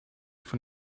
von